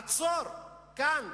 לעצור כאן,